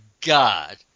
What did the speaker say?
God